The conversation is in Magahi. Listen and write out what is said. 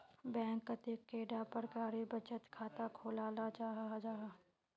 बैंक कतेक कैडा प्रकारेर बचत खाता खोलाल जाहा जाहा?